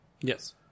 Yes